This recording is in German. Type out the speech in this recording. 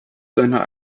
seiner